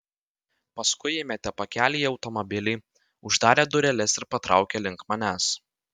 paskui įmetė pakelį į automobilį uždarė dureles ir patraukė link manęs